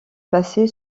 passer